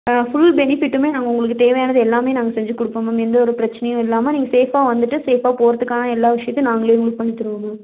full பெனிஃபிட்டும் நாங்கள் உங்களுக்கு தேவையானது எல்லாமே நாங்கள் செஞ்சு கொடுப்போம் மேம் எந்த ஒரு பிரச்சினையும் இல்லாமல் நீங்கள் சேஃபாக வந்துட்டு சேஃபாக போறதுக்கான எல்லா விஷயத்தையும் நாங்களே மூவ் பண்ணி தருவோம் மேம்